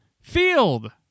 Field